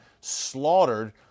slaughtered